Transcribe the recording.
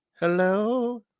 Hello